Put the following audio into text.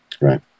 right